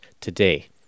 today